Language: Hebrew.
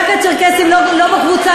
רק הצ'רקסים לא בקבוצה